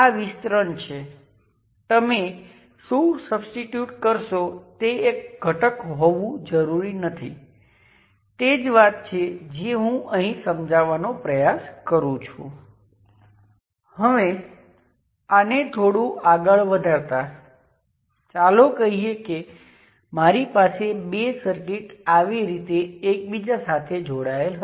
છેલ્લે જ્યારે તમે પ્રથમ પોર્ટ પર કરંટ લાગુ કરો છો બીજા પોર્ટ પર વોલ્ટેજ તમારી પાસે h પેરામિટર છે